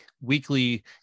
weekly